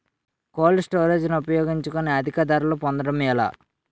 Cold storage ని ఉపయోగించుకొని అధిక ధరలు పొందడం ఎలా?